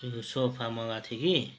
sofa मगाएको थिएँ कि